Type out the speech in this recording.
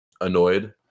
annoyed